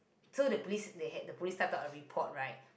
so the police they had the police type down a report right